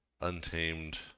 Untamed